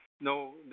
No